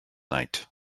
night